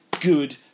good